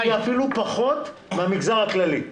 אפילו פחות מהמגזר הכללי.